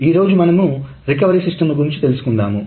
ఈరోజు మనము రికవరీ సిస్టమ్లగురించి తెలుసుకుందాము